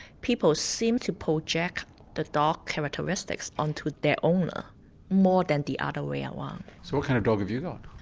people seem to project the dog characteristics onto their owner more than the other way around. so what kind of dog have you got?